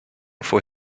for